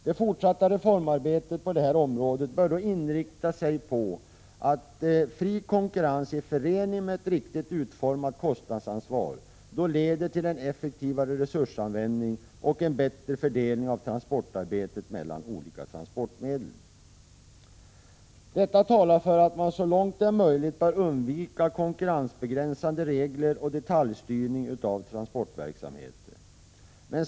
Det fortsatta reformarbetet på det här området bör därför inriktas på fri konkurrens som i förening med ett riktigt utformat kostnadsansvar leder till en effektivare resursanvändning och en bättre fördelning av transportarbetet mellan olika transportmedel. Detta talar för att man så långt det är möjligt bör undvika konkurrensbegränsande regler och detaljstyrning av transportverksamheten.